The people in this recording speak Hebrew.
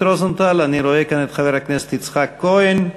אני רואה כאן את חבר הכנסת יצחק כהן,